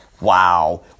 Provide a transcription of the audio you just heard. Wow